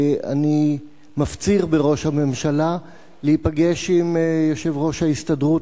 אני מפציר בראש הממשלה להיפגש עם יושב-ראש ההסתדרות